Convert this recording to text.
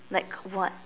like what